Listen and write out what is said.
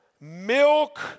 milk